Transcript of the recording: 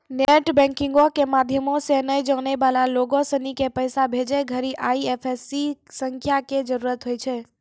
net बैंकिंगो के माध्यमो से नै जानै बाला लोगो सिनी के पैसा भेजै घड़ि आई.एफ.एस.सी संख्या के जरूरत होय छै